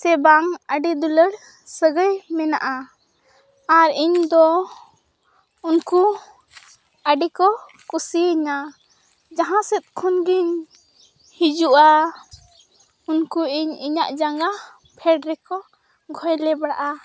ᱥᱮᱵᱟᱝ ᱟᱹᱰᱤ ᱫᱩᱞᱟᱹᱲ ᱥᱟᱹᱜᱟᱹᱭ ᱢᱮᱱᱟᱜᱼᱟ ᱟᱨ ᱤᱧᱫᱚ ᱩᱱᱠᱩ ᱟᱹᱰᱤᱠᱚ ᱠᱩᱥᱤᱭᱟᱹᱧᱟᱹ ᱡᱟᱦᱟᱥᱮᱫ ᱠᱷᱚᱱ ᱜᱤᱧ ᱦᱤᱡᱩᱜᱼᱟ ᱩᱱᱠᱩ ᱤᱧ ᱤᱧᱟᱹᱜ ᱡᱟᱸᱜᱟ ᱯᱷᱮᱰ ᱨᱮᱠᱚ ᱜᱷᱚᱭᱞᱮ ᱵᱟᱲᱟᱜᱼᱟ